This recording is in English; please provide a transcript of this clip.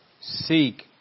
seek